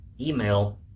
email